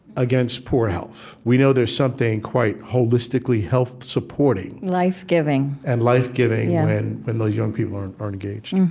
against poor health. we know there's something quite holistically health-supporting life-giving and life-giving when those young people are and are engaged